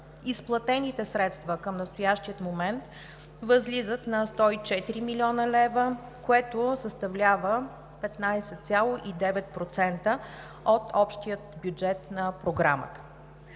изплатените средства към настоящия момент възлизат на 104 млн. лв., което съставлява 15,9% от общия бюджет на Програмата.